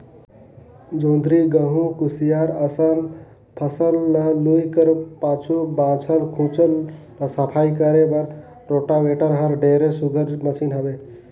जोंधरी, गहूँ, कुसियार असन फसल ल लूए कर पाछू बाँचल खुचल ल सफई करे बर रोटावेटर हर ढेरे सुग्घर मसीन हवे